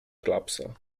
klapsa